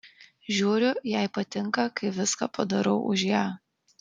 žiūriu jai patinka kai viską padarau už ją